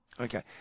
Okay